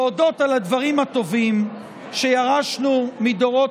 להודות על הדברים הטובים שירשנו מדורות